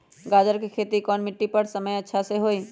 गाजर के खेती कौन मिट्टी पर समय अच्छा से होई?